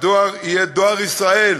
וכדי שהדואר יהיה דואר ישראל,